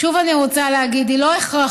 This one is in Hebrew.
שוב אני רוצה להגיד: היא לא הכרחית,